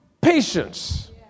patience